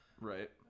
right